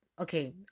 Okay